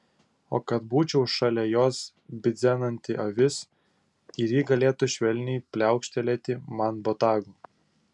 o kad būčiau šalia jos bidzenanti avis ir ji galėtų švelniai pliaukštelėti man botagu